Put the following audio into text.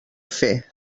fer